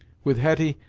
with hetty,